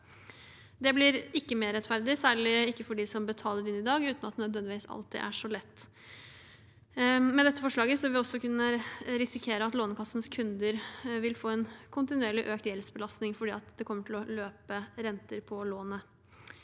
Det blir ikke mer rettferdig, særlig ikke for dem som betaler inn i dag, uten at det nødvendigvis alltid er så lett. Med dette forslaget vil vi også kunne risikere at Lånekassens kunder vil få en kontinuerlig økt gjeldsbelastning fordi det kommer til å løpe renter på lånet.